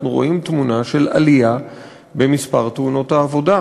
אנחנו רואים תמונה של עלייה במספר תאונות העבודה,